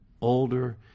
older